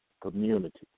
community